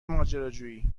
ماجراجویی